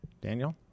Daniel